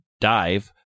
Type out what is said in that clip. dive